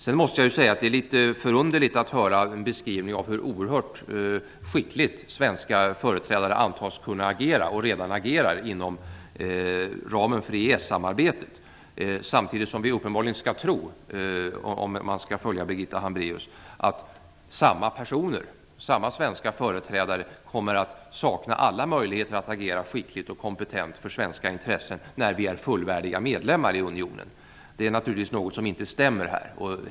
Det är litet förunderligt att höra beskrivningen av hur oerhört skickligt svenska företrädare antas kunna agera och redan agerar inom ramen för EES samarbetet, samtidigt som vi uppenbarligen skall tro, om man skall följa Birgitta Hambraeus, att samma svenska företrädare kommer att sakna alla möjligheter att agera skickligt och kompetent för svenska intressen när vi är fullvärdiga medlemmar i unionen. Det är naturligtvis något som inte stämmer här.